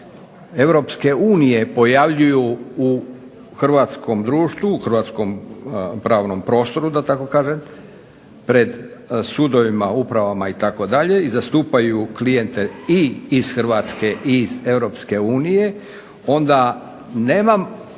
Europske unije pojavljuju u Hrvatskom pravnom prostoru, da tako kažem, pred sudovima, upravama itd. i zastupaju klijente i iz Hrvatske i Europske unije, nema,